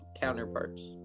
counterparts